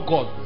God